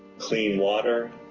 clean water,